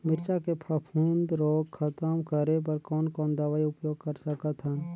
मिरचा के फफूंद रोग खतम करे बर कौन कौन दवई उपयोग कर सकत हन?